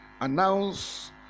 announce